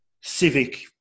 civic